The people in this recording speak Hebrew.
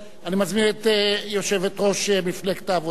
אני מזמין את יושבת-ראש מפלגת העבודה,